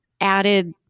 added